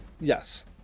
Yes